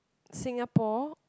Singapore